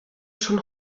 schon